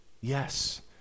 Yes